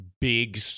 big